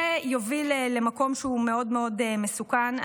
זה יוביל למקום שהוא מאוד מאוד מסוכן.